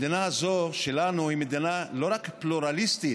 המדינה הזאת שלנו היא מדינה לא רק פלורליסטית,